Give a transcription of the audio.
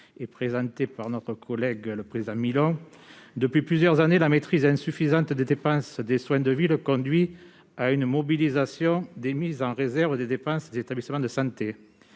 : La parole est à M. Laurent Burgoa. Depuis plusieurs années, la maîtrise insuffisante des dépenses de soins de ville conduit à une mobilisation des mises en réserve des dépenses des établissements de santé.